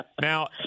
now